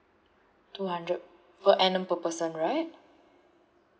two hundred per annum per person right